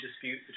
dispute